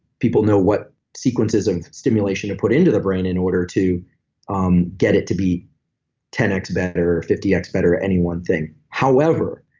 people know what sequences of stimulation to put in the brain in order to um get it to be ten x better, or fifty x better at any one thing. however,